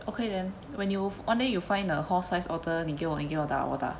okay then when you one day you find a horse size otter 你给我你给我打我打